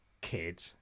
kid